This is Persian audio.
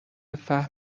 فهم